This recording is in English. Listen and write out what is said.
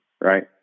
right